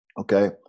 Okay